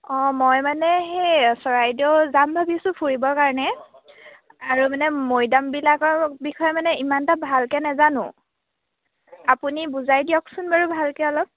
অঁ মই মানে সেই চৰাইদেউ যাম ভাবিছোঁ ফুৰিবৰ কাৰণে আৰু মানে মৈদামবিলাকৰ বিষয়ে মানে ইমানটা ভালকৈ নাজানো আপুনি বুজাই দিয়কচোন বাৰু ভালকৈ অলপ